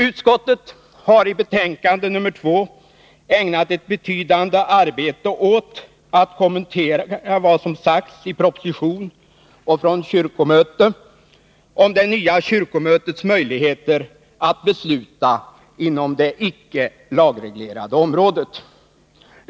Utskottet har i betänkande nr2 ägnat ett vetydande arbete åt att kommentera vad som sagts i proposition och av kyrkomöte om det nya kyrkomötets möjligheter att besluta inom det icke lagreglerade området.